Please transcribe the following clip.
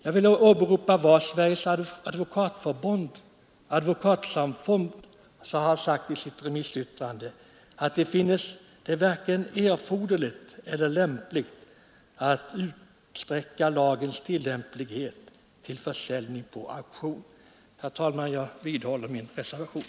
Jag vill åberopa vad Sveriges advokatsamfund anfört i sitt remissyttrande, nämligen att det varken är erforderligt eller lämpligt att utsträcka lagens tillämplighet till försäljning på auktion. Herr talman! Jag vidhåller min reservation.